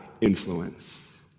influence